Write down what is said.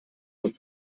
von